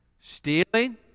stealing